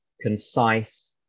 concise